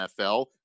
NFL